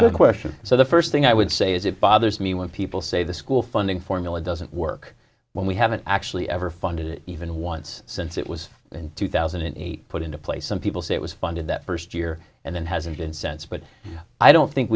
good question so the first thing i would say is it bothers me when people say the school funding formula doesn't work when we haven't actually ever funded it even once since it was in two thousand and eight put into place some people say it was funded that first year and then hasn't incense but i don't think